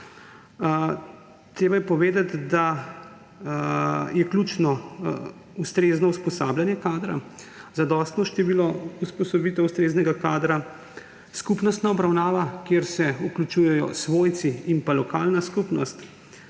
Treba je povedati, da je ključno ustrezno usposabljanje kadra, zadostno število usposobitev ustreznega kadra, skupnostna obravnava, kjer se vključujejo svojci in lokalna skupnost,